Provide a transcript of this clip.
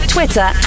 Twitter